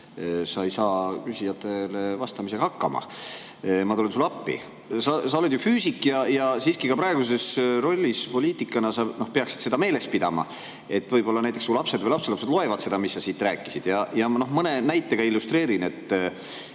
sa ei saa küsijatele vastamisega hakkama. Ma tulen sulle appi. Sa oled ju füüsik ja siiski ka praeguses rollis poliitikuna sa peaksid seda meeles pidama, et võib-olla näiteks su lapsed või lapselapsed loevad seda, mis sa siit rääkisid. Ma mõne näitega illustreerin.